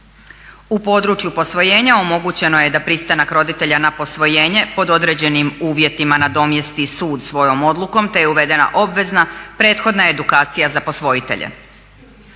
U području posvojenja omogućeno je da pristanak roditelja na posvojenje pod određenim uvjetima nadomjesti sud svojom odlukom te je uvedena obvezna prethodna edukacija za posvojitelje.